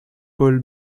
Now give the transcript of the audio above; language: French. paule